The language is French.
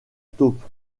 taupe